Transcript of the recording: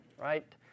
right